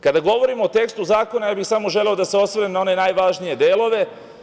Kada govorimo o tekstu zakona, samo bih želeo da se osvrnem na one najvažnije delove.